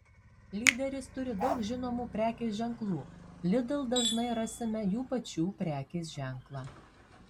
lyderis turi daug žinomų prekės ženklų lidl dažnai rasime jų pačių prekės ženklą